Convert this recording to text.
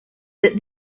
that